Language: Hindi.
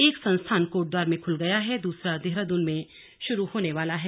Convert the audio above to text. एक संस्थान कोटद्वार में खुल गया है दूसरा देहरादून में शुरू होने वाला है